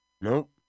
Nope